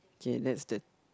okay that's the